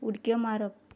उडक्यो मारप